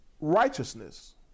righteousness